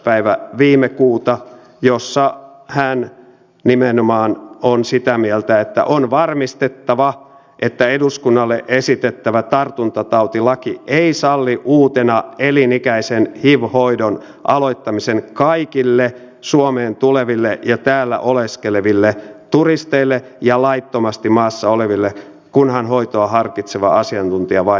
päivä viime kuuta jossa hän nimenomaan on sitä mieltä että on varmistettava että eduskunnalle esitettävä tartuntatautilaki ei salli uutena elinikäisen hiv hoidon aloittamista kaikille suomeen tuleville ja täällä oleskeleville turisteille ja laittomasti maassa oleville kunhan hoitoa harkitseva asiantuntija vain niin päättää